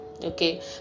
okay